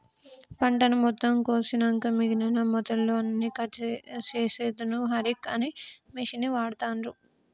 పంటను మొత్తం కోషినంక మిగినన మొదళ్ళు అన్నికట్ చేశెన్దుకు హేరేక్ అనే మిషిన్ని వాడుతాన్రు